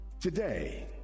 today